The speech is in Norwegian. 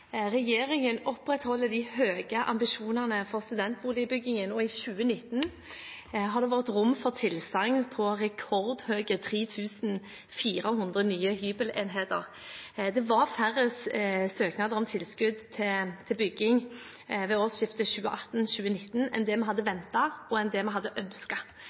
Regjeringen opprettholder de høye ambisjonene for studentboligbygging, og i 2019 er det rom for tilsagn om rekordhøye 3 400 nye hybelenheter. Det var færre søknader om tilskudd til bygging ved årsskiftet 2018/2019 enn det vi hadde ventet – og det vi hadde